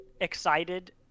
excited